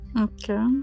Okay